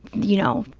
you know,